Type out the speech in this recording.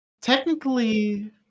technically